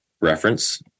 reference